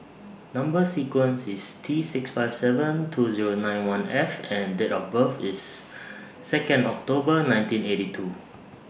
Number sequence IS T six five seven two Zero nine one F and Date of birth IS Second October nineteen eighty two